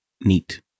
neat